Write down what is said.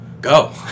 go